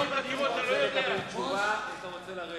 אתה רוצה לקבל תשובה או שאתה רוצה לרדת?